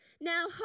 Now